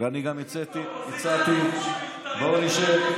ואני גם הצעתי: בואו נשב,